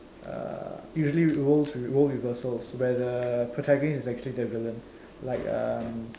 uh usually roles role reversal where the protagonist is actually the villain like um